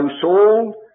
Saul